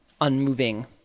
unmoving